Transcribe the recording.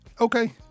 okay